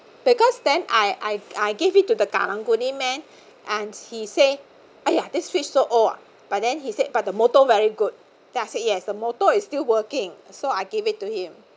because then I I I gave it to the karang-guni man and he say !aiya! this fridge so old ah but then he said but the motor very good then I said yes the motor is still working so I give it to him